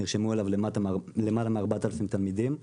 נרשמו אליו למעלה מ-4,000 תלמידים.